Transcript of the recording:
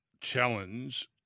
challenge